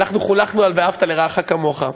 אנחנו חונכנו על ואהבת לרעך כמוך.